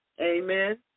Amen